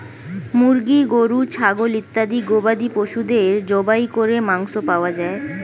মুরগি, গরু, ছাগল ইত্যাদি গবাদি পশুদের জবাই করে মাংস পাওয়া যায়